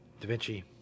DaVinci